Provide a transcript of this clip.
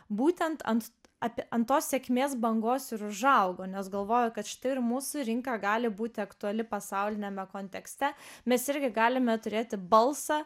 būtent ant apie ant tos sėkmės bangos ir užaugo nes galvojo kad štai ir mūsų rinka gali būti aktuali pasauliniame kontekste mes irgi galime turėti balsą